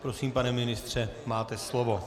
Prosím, pane ministře, máte slovo.